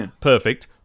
perfect